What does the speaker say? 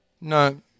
No